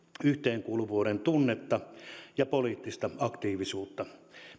yhteenkuuluvuuden tunnetta ja poliittista aktiivisuutta